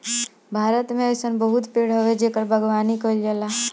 भारत में अइसन बहुते पेड़ हवे जेकर बागवानी कईल जाला